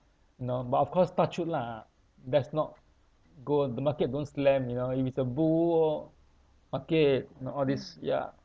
no but of course touch wood lah ah there's no go the market don't slump you know if it's a bull okay you know all this ya